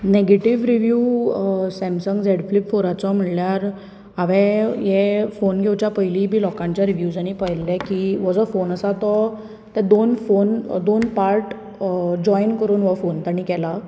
negative review Samsung Z flip फोराचो म्हणल्यार हांवें ये फोन घेवच्या पयली बी लोकांच्या रिव्यूजानी पयले की हो जो फोन आसा तो ते दोन फोन दोन पार्ट जॉयंट करून हो फोन ताणी केलां